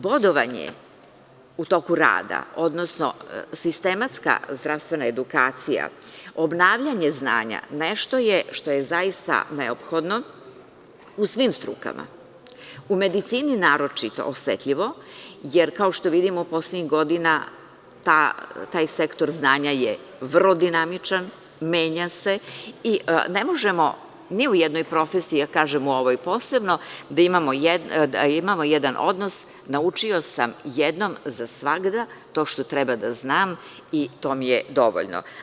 Bodovanje u toku rada, odnosno sistematska zdravstvena edukacija, obnavljanje znanja nešto je što je zaista neophodno u svim strukama, u medicini naročito osetljivo, jer kao što vidimo, poslednjih godina taj sektor znanja je vrlo dinamičan, menja se i ne možemo ni u jednoj profesiji da kažemo, u ovoj posebno, da imamo jedan odnos – naučio sam jednom za svagda to što trebam da znam i to mi je dovoljno.